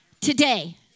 Today